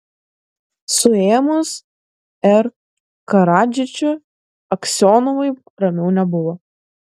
suėmus r karadžičių aksionovui ramiau nebuvo